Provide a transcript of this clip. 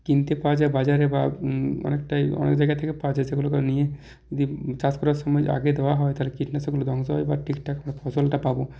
কিনতে পাওয়া যায় বাজারে বা অনেকটাই অনেক জায়গা থেকে পাওয়া যাচ্ছে যেগুলোকে নিয়ে চাষ করার সময় আগে দেওয়া হয় তাহলে কীটনাশকগুলো ধ্বংস হয় ঠিকঠাক ফসলটা পাব